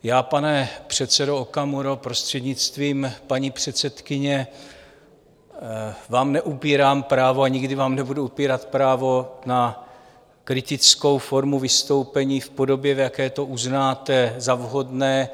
Já, pane předsedo Okamuro, prostřednictvím paní předsedkyně, vám neupírám právo a nikdy vám nebudu upírat právo na kritickou formu vystoupení v podobě, v jaké to uznáte za vhodné.